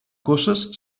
coces